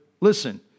listen